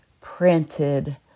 printed